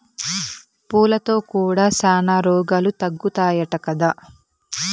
పూలతో కూడా శానా రోగాలు తగ్గుతాయట కదా